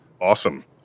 Awesome